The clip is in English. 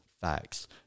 facts